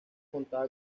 contaba